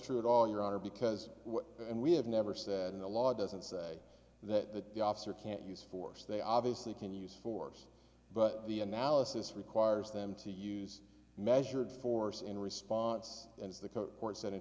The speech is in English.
true at all your honor because and we have never said in the law doesn't say that the officer can't use force they obviously can use force but the analysis requires them to use measured force in response as the code or sen